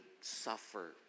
suffer